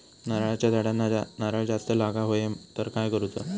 नारळाच्या झाडांना नारळ जास्त लागा व्हाये तर काय करूचा?